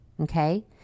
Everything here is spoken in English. okay